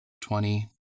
twenty